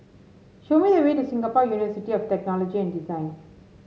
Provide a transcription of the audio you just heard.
show me the way to Singapore University of Technology and Design